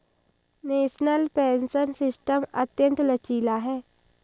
national pension system अत्यंत लचीला है